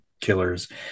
killers